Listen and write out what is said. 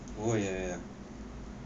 oh ya ya ya